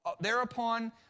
thereupon